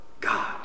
God